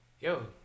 yo